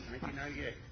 1998